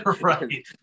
right